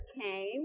came